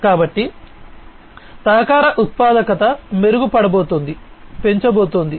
కాబట్టి సహకార ఉత్పాదకత మెరుగుపడబోతోంది పెంచబోతోంది